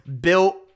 Built